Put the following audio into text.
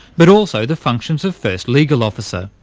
but also the functions of first legal officer,